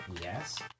Yes